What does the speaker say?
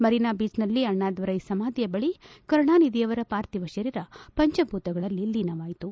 ಮರಿನಾ ಬೀಚ್ನಲ್ಲಿ ಅಣ್ಣಾದೊರೈ ಸಮಾಧಿ ಬಳ ಕರುಣಾನಿಧಿಯವರ ಪಾರ್ಥಿವ ಶರೀರ ಪಂಚಭೂತಗಳಲ್ಲಿ ಲೀನವಾಯಿತು